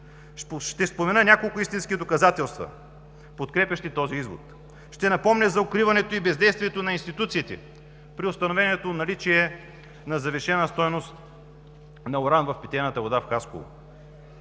Ще спомена няколко истински доказателства, подкрепящи този извод: ще напомня за укриване и бездействието на институциите при установеното наличие на завишена стойност на уран в питейната вода в Хасково,